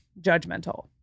judgmental